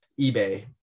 eBay